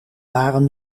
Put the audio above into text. waren